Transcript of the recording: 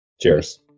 Cheers